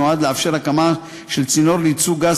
נועד לאפשר הקמה של צינור לייצוא גז